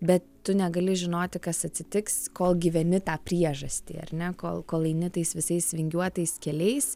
bet tu negali žinoti kas atsitiks kol gyveni tą priežastį ar ne kol kol eini tais visais vingiuotais keliais